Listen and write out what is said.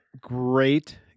great